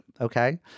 okay